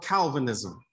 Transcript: Calvinism